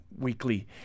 weekly